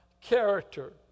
character